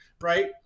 right